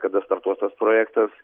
kada startuos tas projektas